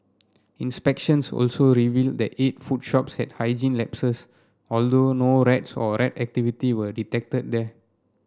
inspections also revealed that eight food shops had hygiene lapses although no rats or rat activity were detected there